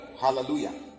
Hallelujah